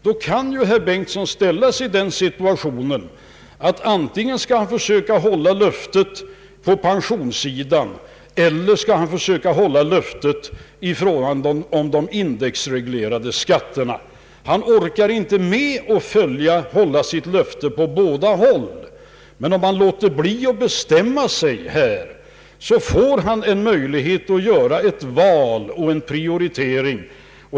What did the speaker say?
Då kan herr Bengtson ställas i den situationen att han får ta ställning till — såvida hans förslag skulle gå igenom — om man skall hålla löftena på pensionssidan eller försöka hålla löftet i fråga om indexreglerade skatter. Det är inte möjligt att hålla båda löftena. Om herr Bengtson emellertid i dag låter bli att binda sig får han möjlighet att när den dagen kommer välja vad som skall prioriteras.